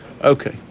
Okay